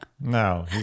No